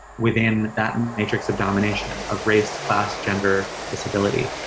within that and matrix of domination of race, class, gender, disability,